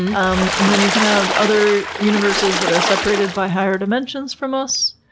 um and then you could have other universes that are separated by higher dimensions from us,